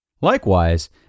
Likewise